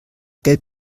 geld